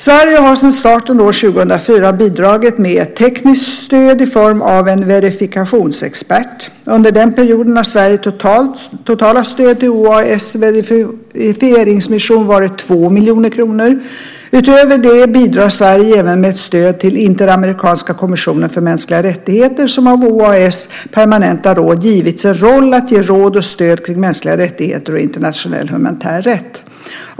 Sverige har sedan starten år 2004 bidragit med ett tekniskt stöd i form av en verifikationsexpert. Under denna period har Sveriges totala stöd till OAS verifieringsmission varit 2 miljoner kronor. Utöver detta bidrar Sverige även med ett stöd till Interamerikanska kommissionen för mänskliga rättigheter, som av OAS permanenta råd givits en roll att ge råd och stöd kring mänskliga rättigheter och internationell humanitär rätt.